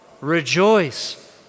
rejoice